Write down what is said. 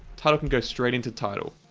title can go straight into title.